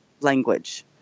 language